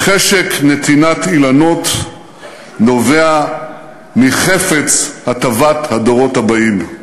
"חשק נטיעת אילנות נובע מחפץ הטבת הדורות הבאים".